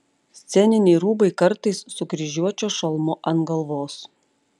sceniniai rūbai kartais su kryžiuočio šalmu ant galvos